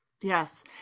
Yes